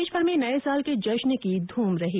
प्रदेशभर में नये साल के जश्न की धूम रही